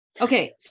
okay